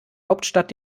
hauptstadt